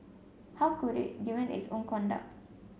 how could it given its own conduct